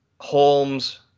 Holmes